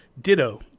ditto